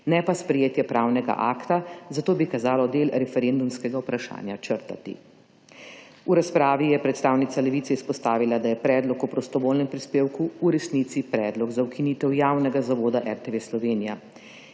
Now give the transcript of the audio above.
ne pa sprejetje pravnega akta, zato bi kazalo del referendumskega vprašanja črtati. V razpravi je predstavnica Levice izpostavila, da je predlog o prostovoljnem prispevku v resnici predlog za ukinitev Javnega zavoda RTV Slovenija.